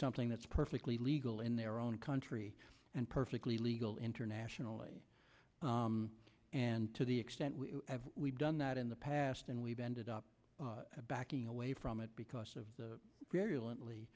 something that's perfectly legal in their own country and perfectly legal internationally and to the extent we've done that in the past and we've ended up backing away from it because of the very lightly